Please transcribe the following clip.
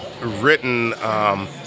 written